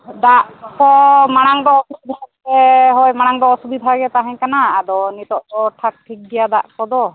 ᱫᱟᱜ ᱠᱚ ᱢᱟᱲᱟᱝ ᱫᱚ ᱦᱳᱭ ᱢᱟᱲᱟᱝ ᱫᱚ ᱚᱥᱩᱵᱤᱫᱷᱟ ᱜᱮ ᱛᱟᱦᱮᱸ ᱠᱟᱱᱟ ᱟᱫᱚ ᱱᱤᱛᱚᱜ ᱫᱚ ᱴᱷᱟᱠ ᱴᱷᱤᱠ ᱜᱮᱭᱟ ᱫᱟᱜ ᱠᱚᱫᱚ